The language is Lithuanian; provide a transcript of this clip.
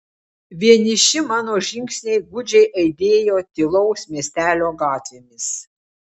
vieniši mano žingsniai gūdžiai aidėjo tylaus miestelio gatvėmis